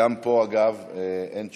גם פה, אגב, אין תשובה,